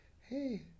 Hey